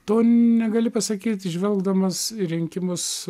to negali pasakyt žvelgdamas į rinkimus